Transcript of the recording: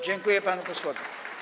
Dziękuję panu posłowi.